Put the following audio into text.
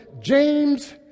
James